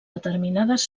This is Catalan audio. determinades